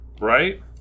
Right